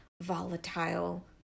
volatile